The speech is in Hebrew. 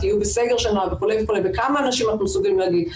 תהיו בסגר שנה וכו'; ולכמה אנשים אנחנו מסוגלים להגיד,